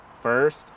first